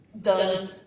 Done